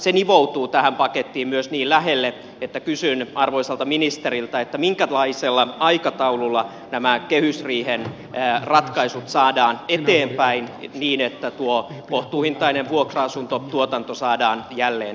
se nivoutuu tähän pakettiin myös niin lähelle että kysyn arvoisalta ministeriltä minkälaisella aikataululla nämä kehysriihen ratkaisut saadaan eteenpäin niin että tuo kohtuuhintainen vuokra asuntotuotanto saadaan jälleen liikkeelle